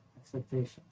expectations